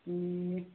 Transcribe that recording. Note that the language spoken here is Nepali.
ए